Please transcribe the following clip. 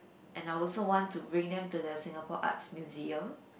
and I also want to bring them to the Singapore Arts Museum